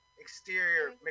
Exterior